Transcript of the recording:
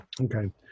Okay